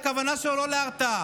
הכוונה שלו לא להרתעה,